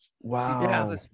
wow